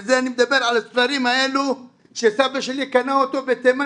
אני מדבר על הספרים האלה שסבא שלי קנה בתימן